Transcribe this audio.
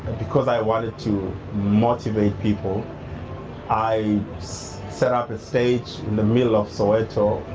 because i wanted to motivate people i set up a stage in the middle of soweto,